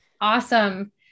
Awesome